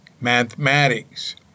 Mathematics